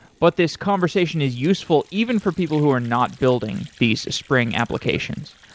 but this conversation is useful even for people who are not building these spring applications.